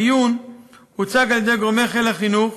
בדיון הוצג על-ידי חיל החינוך,